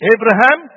Abraham